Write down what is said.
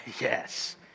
Yes